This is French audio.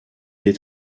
est